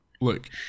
look